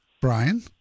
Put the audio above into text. Brian